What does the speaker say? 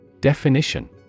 Definition